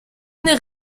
n’est